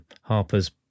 Harper's